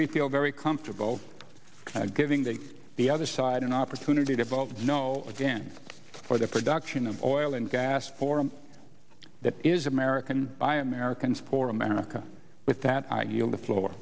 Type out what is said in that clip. we feel very comfortable giving that the other side an opportunity to vote no again for the production of oil and gas for him that is american by americans for america with that i yield the floor